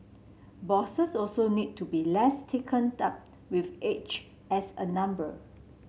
bosses also need to be less taken up with age as a number